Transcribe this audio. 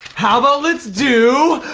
how about let's do.